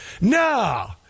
no